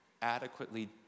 adequately